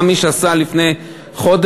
גם מי שקנה לפני חודש,